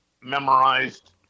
memorized